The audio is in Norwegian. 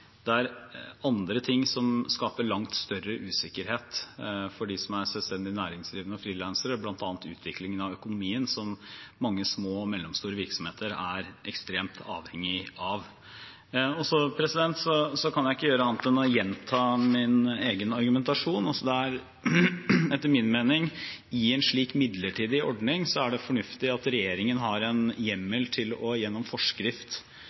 andre ting som skaper langt større usikkerhet for dem som er selvstendig næringsdrivende og frilansere, bl.a. utviklingen av økonomien, som mange små og mellomstore virksomheter er ekstremt avhengig av. Og så kan jeg ikke gjøre annet enn å gjenta min egen argumentasjon: I en slik midlertidig ordning er det etter min mening fornuftig at regjeringen har en hjemmel til gjennom forskrift